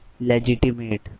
Legitimate